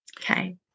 okay